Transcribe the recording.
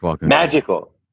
magical